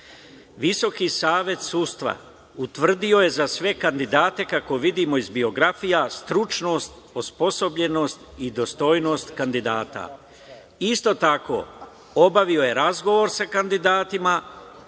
Visoki savet sudstva utvrdio je za sve kandidate kako vidimo iz biografija stručnost, osposobljenost i dostojnost kandidata. Isto tako, obavio je razgovor sa kandidatima